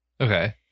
Okay